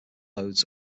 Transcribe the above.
loads